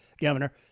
Governor